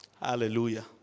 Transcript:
Hallelujah